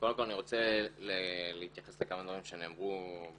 קודם כל אני רוצה להתייחס לכמה דברים שנאמרו בכללי.